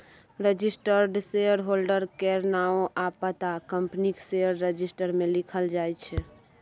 registered shareholder केर नाओ आ पता कंपनीक शेयर रजिस्टर मे लिखल जाइ छै